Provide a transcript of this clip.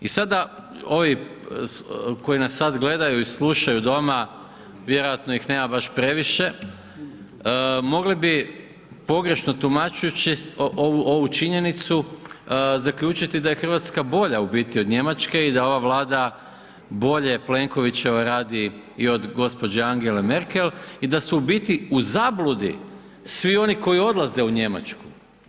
I sada ovi koji nas sada gledaju i slušaju doma, vjerojatno ih nema baš previše, mogli bi pogrešno tumačeći ovu činjenicu zaključiti da je Hrvatska bolja u biti od Njemačke i da ova Vlada bolje Plenkovićeva radi i od gospođe Angele Merkel i da su u biti u zabludi svi oni koja odlaze u Njemačku.